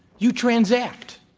you transact.